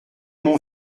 mon